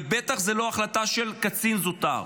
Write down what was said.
ובטח זו לא החלטה קצין זוטר.